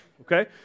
okay